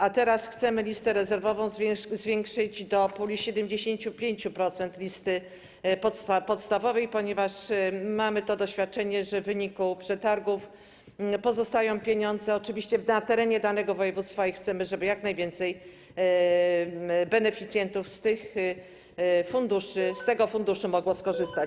A teraz chcemy listę rezerwową zwiększyć do puli 75% listy podstawowej, ponieważ mamy to doświadczenie, że w wyniku przetargów pozostają pieniądze, oczywiście na terenie danego województwa, i chcemy, żeby jak najwięcej beneficjentów z tego funduszu mogło skorzystać.